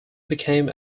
became